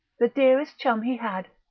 the dearest chum he had,